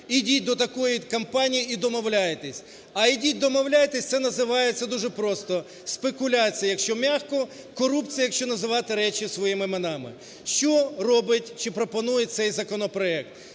Ідіть до такої-то компанії і домовляйтесь". А ідіть домовляйтесь - це називається дуже просто: "спекуляція", якщо м'яко, "корупція", якщо називати речі своїми іменами. Що робить чи пропонує цей законопроект?